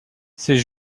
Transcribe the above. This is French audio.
ses